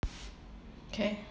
K